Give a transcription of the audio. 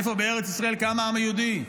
איפה בארץ ישראל קם העם היהודי?